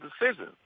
decisions